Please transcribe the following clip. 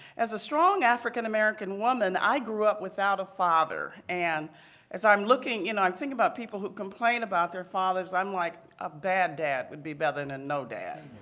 as a strong african american woman, i grew up without a father. and as i'm looking you know, i'm thinking about people who complain about their fathers. i'm like a bad dad would be better than and no dad.